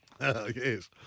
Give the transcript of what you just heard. Yes